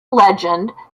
legend